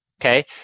Okay